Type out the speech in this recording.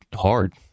hard